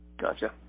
Gotcha